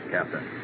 Captain